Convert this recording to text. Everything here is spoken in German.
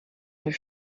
euch